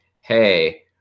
hey